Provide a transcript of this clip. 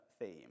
theme